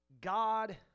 God